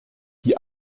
die